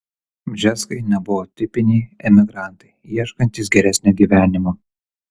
bžeskai nebuvo tipiniai emigrantai ieškantys geresnio gyvenimo